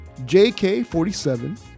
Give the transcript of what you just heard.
JK47